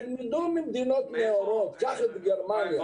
תלמדו ממדינות נאורות, לדוגמא, גרמניה.